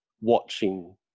watching